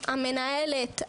המנהלת,